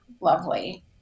lovely